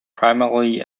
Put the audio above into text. primarily